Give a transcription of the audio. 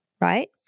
right